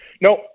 No